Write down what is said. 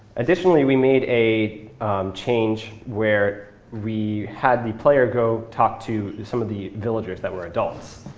additionally, we made a change where we had the player go talk to some of the villagers that were adults.